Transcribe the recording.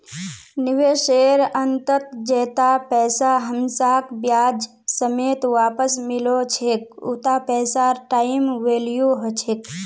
निवेशेर अंतत जैता पैसा हमसाक ब्याज समेत वापस मिलो छेक उता पैसार टाइम वैल्यू ह छेक